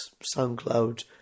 SoundCloud